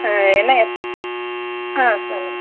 ஆ என்ன எப் ஆ சொல்லுங்கள்